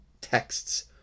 texts